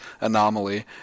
anomaly